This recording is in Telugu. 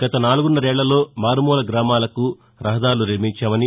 గత నాలుగురన్నరేళ్లలో వూరువుూల గ్రామాలకు రవాదారులు నిర్మించామని